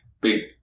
big